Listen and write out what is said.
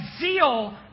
zeal